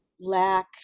lack